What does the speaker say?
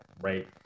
right